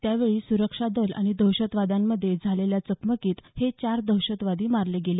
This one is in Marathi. त्यावेळी सुरक्षादल आणि दहशतवाद्यांमध्ये झालेल्या चकमकीत हे चार दहशतवादी मारले गेले